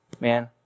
Man